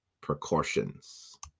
precautions